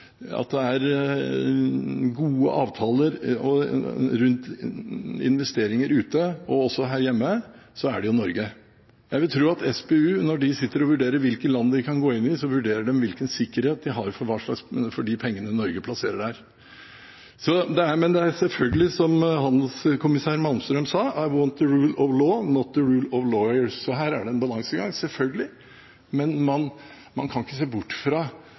gode avtaler rundt investeringer ute, og også her hjemme, er det Norge. Jeg vil tro at SPU, når det sitter og vurderer hvilke land det kan gå inn i, vurderer hvilken sikkerhet det har for de pengene Norge plasserer der. Men som handelskommissær Malmström sa: «I want the rule of law, not the rule of lawyers», så her er det selvfølgelig en balansegang. Men man kan ikke se bort fra